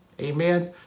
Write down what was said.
Amen